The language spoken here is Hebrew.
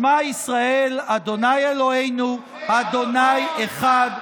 שמע ישראל ה' אלוהינו ה' אחד".